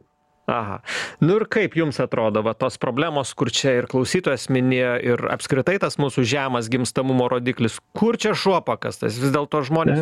aha nu ir kaip jums atrodo va tos problemos kur čia ir klausytojas minėjo ir apskritai tas mūsų žemas gimstamumo rodiklis kur čia šuo pakastas vis dėlto žmonės